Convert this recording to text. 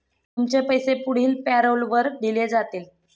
तुमचे पैसे पुढील पॅरोलवर दिले जातील